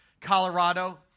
Colorado